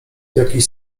jakiś